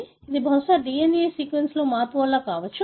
కాబట్టి అది బహుశా DNA సీక్వెన్స్లో మార్పు వల్ల కావచ్చు